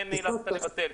כן החלטתם לבטל?